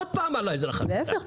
להיפך.